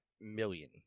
million